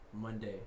Monday